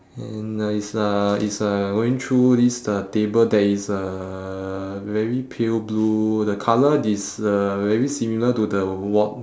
and uh it's uh it's uh going through this the table that is uh very pale blue the colour is uh very similar to the wat~